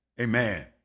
Amen